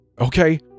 Okay